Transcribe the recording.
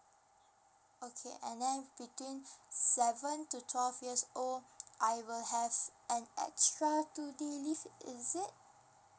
okay and then between seven to twelve years old I will have an extra two day leave is it